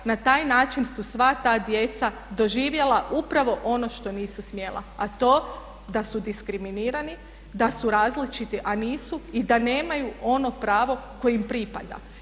Na taj način su sva ta djeca doživjela upravo ono što nisu smjela, a to da su diskriminirani, da su različiti, a nisu i da nemaju ono pravo koje im pripada.